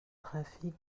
trafic